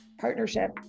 partnership